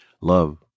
Love